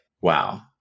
wow